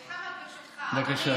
סליחה, רק, ברשותך, בבקשה.